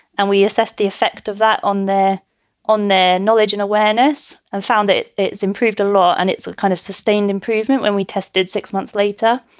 and we assessed the effect of that on their on their knowledge and awareness and found that it's improved a lot and it's kind of sustained improvement when we tested six months later.